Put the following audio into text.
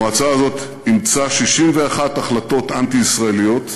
המועצה הזאת אימצה 61 החלטות אנטי-ישראליות,